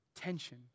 tension